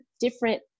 different